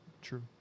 True